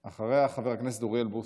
אחריה, חבר הכנסת אוריאל בוסו.